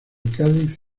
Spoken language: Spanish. cádiz